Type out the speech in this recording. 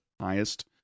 highest